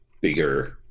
bigger